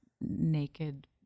naked